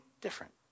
different